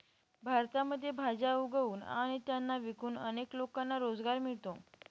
भारतामध्ये भाज्या उगवून आणि त्यांना विकून अनेक लोकांना रोजगार मिळतो